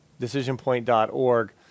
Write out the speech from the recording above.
DecisionPoint.org